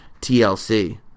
TLC